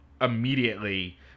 immediately